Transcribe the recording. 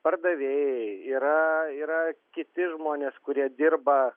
pardavėjai yra yra kiti žmonės kurie dirba